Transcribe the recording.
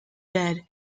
dead